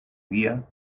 día